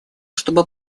чтобы